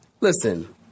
Listen